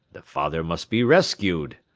the father must be rescued.